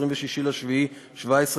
26 ביולי 2017,